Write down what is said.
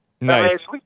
Nice